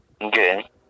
Okay